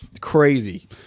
crazy